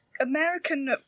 American